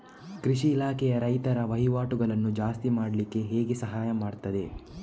ಕೃಷಿ ಇಲಾಖೆಯು ರೈತರ ವಹಿವಾಟುಗಳನ್ನು ಜಾಸ್ತಿ ಮಾಡ್ಲಿಕ್ಕೆ ಹೇಗೆ ಸಹಾಯ ಮಾಡ್ತದೆ?